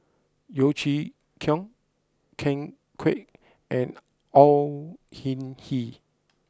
Yeo Chee Kiong Ken Kwek and Au Hing Yee